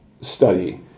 study